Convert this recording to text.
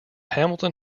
hamilton